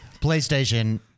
PlayStation